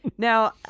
Now